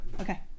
okay